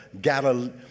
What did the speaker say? Galilee